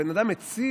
הבן אדם הציל